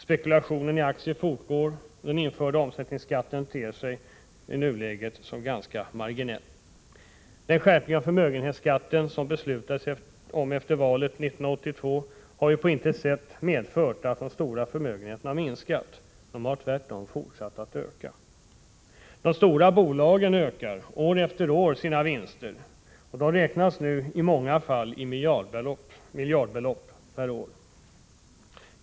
Spekulationen i aktier fortgår, och den införda omsättningsskatten ter sig i nuläget ganska marginell. Den skärpning av förmögenhetsskatten som det beslutades om efter valet 1982 har ju på intet sätt medfört att de stora förmögenheterna har minskat. De har tvärtom fortsatt att öka. De stora bolagen ökar år efter år sina vinster, och de räknas nu i många fall i miljardbelopp varje år.